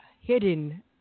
hidden